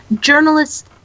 journalists